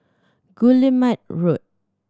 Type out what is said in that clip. Guillemard Road